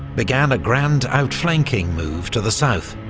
began a grand outflanking move to the south,